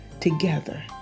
together